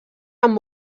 amb